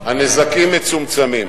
הנזקים מצומצמים.